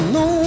no